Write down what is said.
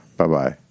bye-bye